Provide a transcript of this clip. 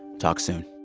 talk soon